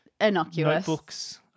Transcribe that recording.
innocuous